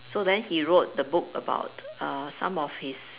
so then he wrote the book about err some of his